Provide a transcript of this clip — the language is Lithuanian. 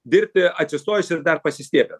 dirbti atsistojus ir dar pasistiebę